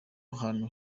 ahantu